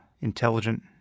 intelligent